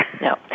No